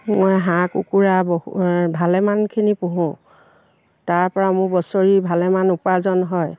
মই হাঁহ কুকুৰা বহু ভালেমানখিনি পুহোঁ তাৰপৰা মোৰ বছৰি ভালেমান উপাৰ্জন হয়